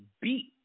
beat